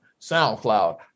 SoundCloud